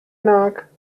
nāk